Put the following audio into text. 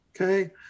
okay